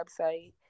website